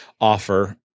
offer